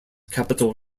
capital